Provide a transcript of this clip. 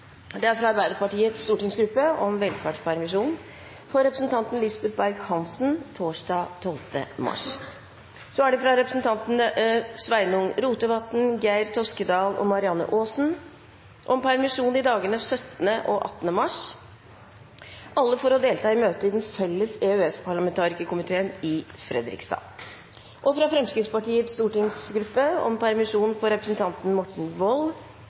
Det foreligger flere permisjonssøknader: fra Arbeiderpartiets stortingsgruppe om velferdspermisjon for representanten Lisbeth Berg-Hansen torsdag 12. mars fra representantene Sveinung Rotevatn, Geir S. Toskedal og Marianne Aasen om permisjon i dagene 17. og 18. mars for å delta i møte i Den felles EØS-parlamentarikerkomiteen i Fredrikstad fra Fremskrittspartiets stortingsgruppe om permisjon for representanten Morten Wold